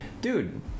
dude